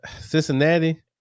Cincinnati